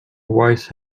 wise